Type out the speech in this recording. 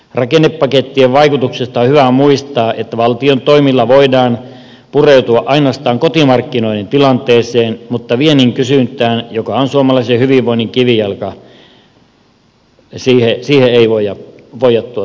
rakennepakettien vaikutuksesta on hyvä muistaa että valtion toimilla voidaan pureutua ainoastaan kotimarkkinoiden tilanteeseen mutta viennin kysyntään joka on suomalaisen hyvinvoinnin kivijalka ei voida vaikuttaa